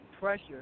pressure